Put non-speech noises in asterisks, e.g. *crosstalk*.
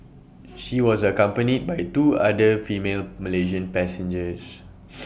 she was accompanied by two other female Malaysian passengers *noise*